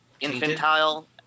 infantile